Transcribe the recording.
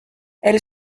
elle